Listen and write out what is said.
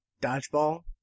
dodgeball